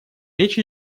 речь